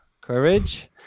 courage